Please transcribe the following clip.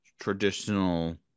traditional